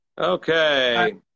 Okay